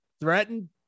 threatened